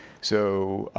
so